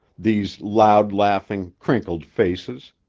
these loud-laughing, crinkled faces.